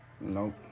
Nope